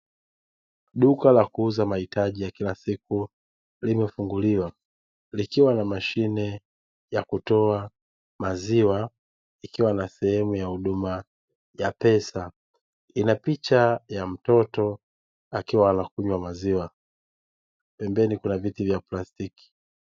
Duka la kuuza mahitaji ya kila siku limefunguliwa likiwa na mashine na kutoa maziwa ikiwa na sehemu ya huduma ya pesa ina picha ya mtoto akiwa anakunywa maziwa, pembeni kuna viti vya plastiki.